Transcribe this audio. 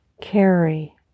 carry